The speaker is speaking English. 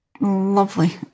lovely